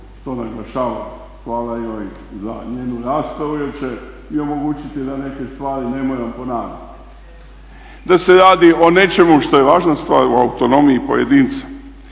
to naglašavala, hvala joj za njenu raspravu jer će i omogućiti da neke stvari ne moram ponavljati. Da se radi o nečemu što je važna stvar u autonomiji pojedinca.